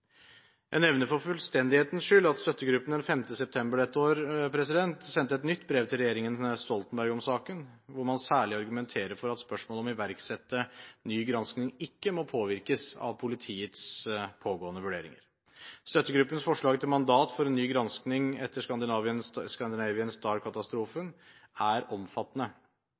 Jeg nevner for fullstendighetens skyld at støttegruppen den 5. september dette år sendte et nytt brev til regjeringen Stoltenberg om saken, hvor man særlig argumenterer for at spørsmålet om å iverksette ny gransking ikke må påvirkes av politiets pågående vurderinger. Støttegruppens forslag til mandat for en ny gransking etter «Scandinavian Star»-katastrofen er omfattende.